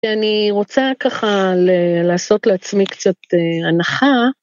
אני רוצה ככה לעשות לעצמי קצת הנחה.